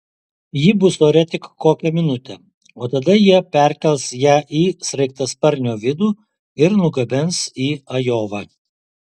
ji bus ore tik kokią minutę o tada jie perkels ją į sraigtasparnio vidų ir nugabens į ajovą